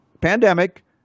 pandemic